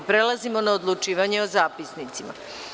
Prelazimo na odlučivanje o zapisnicima.